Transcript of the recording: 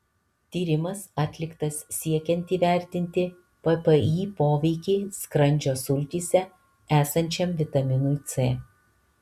tyrimas atliktas siekiant įvertinti ppi poveikį skrandžio sultyse esančiam vitaminui c